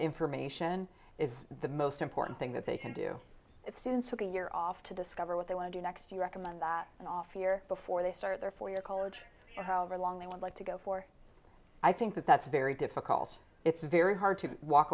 information is the most important thing that they can do it students of the year off to discover what they want to do next you recommend that an off year before they start their four year college however long they would like to go for i think that's very difficult it's very hard to walk